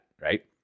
right